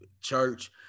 church